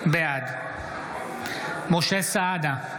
בעד משה סעדה,